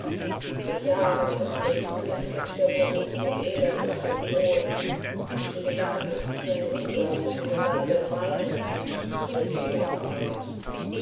seit jahren sitzt das königskind der burgunden elend auf dem thron und die gedanken ziehen rückwärts zu dem land der meinen und zu der kinderzeit